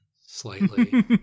slightly